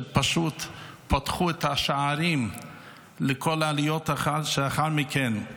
שפשוט פתחו את השערים לכל העליות שלאחר מכן.